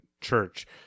church